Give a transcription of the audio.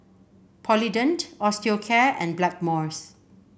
Polident Osteocare and Blackmores